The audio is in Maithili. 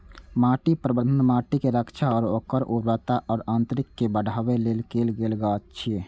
माटि प्रबंधन माटिक रक्षा आ ओकर उर्वरता आ यांत्रिकी कें बढ़ाबै लेल कैल गेल काज छियै